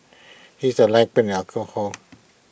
he is A light be in alcohol